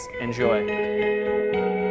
Enjoy